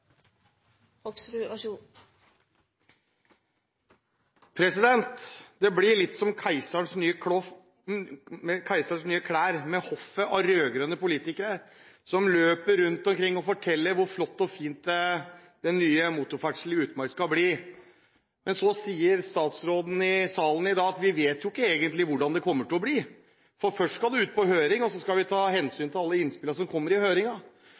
forteller hvor flott og fin den nye motorferdselen i utmark skal bli. Men så sier statsråden i salen i dag at vi egentlig ikke vet hvordan det kommer til å bli, for først skal det ut på høring, og så skal vi ta hensyn til alle innspillene som kommer i